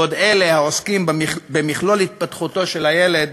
בעוד אלה העוסקים במכלול התפתחותו של הילד